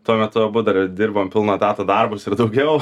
tuo metu abu dar dirbom pilno etato darbus ir daugiau